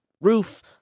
roof